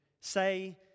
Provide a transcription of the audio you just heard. say